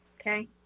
Okay